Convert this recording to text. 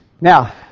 Now